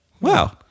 Wow